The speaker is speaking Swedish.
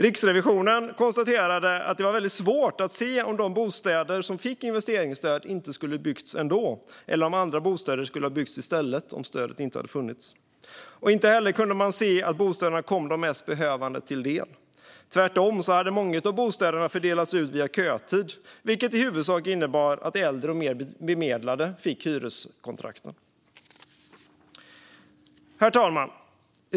Riksrevisionen konstaterade att det var svårt att se om de bostäder som fick investeringsstöd inte skulle ha byggts ändå, eller om andra bostäder skulle ha byggts i stället om stödet inte hade funnits. Inte heller kunde man se att bostäderna kom de mest behövande till del. Tvärtom hade många bostäder fördelats ut via kötid, vilket i huvudsak innebar att äldre och mer bemedlade fick hyreskontrakten. Herr talman!